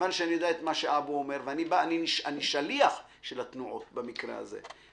כיוון שאני יודע את מה שאבו אומר ואני שליח של התנועות במקרה הזה.